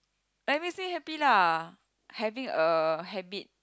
like it makes me happy lah having a habit